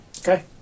Okay